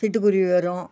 சிட்டுக்குருவி வரும்